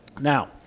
Now